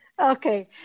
okay